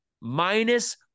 Minus